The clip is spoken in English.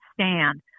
stand